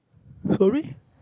sorry